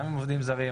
גם עם עובדים זרים,